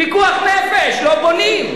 פיקוח נפש, לא בונים.